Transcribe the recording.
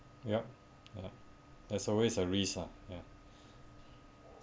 yup ya there's always a risk lah ya